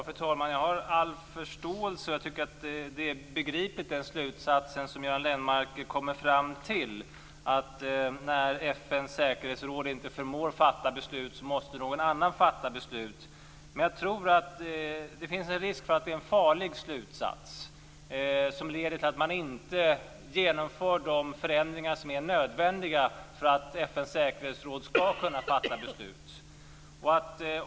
Fru talman! Jag har all förståelse för den slutsats som Göran Lennmarker kommer fram till. Den är begriplig. När FN:s säkerhetsråd inte förmår fatta beslut måste någon annan fatta beslut. Men det finns en risk för att det är en farlig slutsats som leder till att man inte genomför de förändringar som är nödvändiga för att FN:s säkerhetsråd skall kunna fatta beslut.